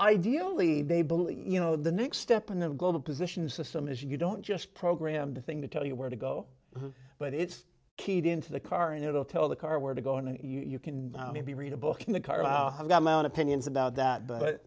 ideally they believe you know the next step in the global positioning system is you don't just program to thing to tell you where to go but it's keyed into the car and it'll tell the car where to go and you can maybe read a book in the car i've got my own opinions about that but